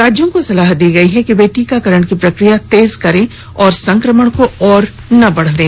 राज्यों को सलाह दी गई है कि वे टीकाकरण की प्रक्रिया तेज करें और संक्रमण को और न बढ़ने दें